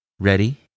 Ready